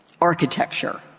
architecture